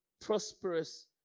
prosperous